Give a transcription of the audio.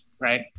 right